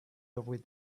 every